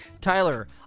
Tyler